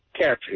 captured